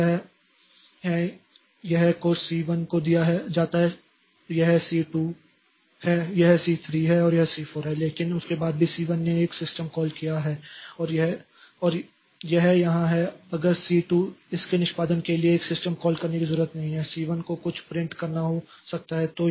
तो वे हैं यह कोर सी 1 को दिया जाता है यह सी 2 है यह सी 3 है और यह सी 4 है लेकिन उसके बाद सी 1 ने एक सिस्टम कॉल किया है और यह यहां है अगर सी 2 इसके निष्पादन के लिए एक सिस्टम कॉल करने की जरूरत है सी 1 को कुछ प्रिंट करना हो सकता है